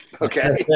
Okay